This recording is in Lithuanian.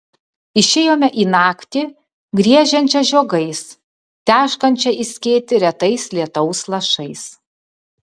išėjome į naktį griežiančią žiogais teškančią į skėtį retais lietaus lašais